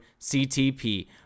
CTP